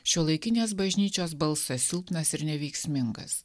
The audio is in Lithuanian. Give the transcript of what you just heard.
šiuolaikinės bažnyčios balsas silpnas ir neveiksmingas